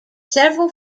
several